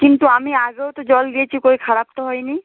কিন্তু আমি আগেও তো জল দিয়েছি কোই খারাপ তো হয়নি